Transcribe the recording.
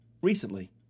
Recently